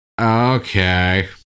Okay